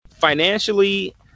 Financially